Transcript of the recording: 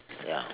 ya